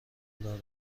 دارد